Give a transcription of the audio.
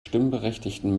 stimmberechtigten